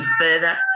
further